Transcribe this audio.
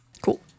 Cool